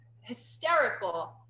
hysterical